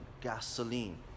gasoline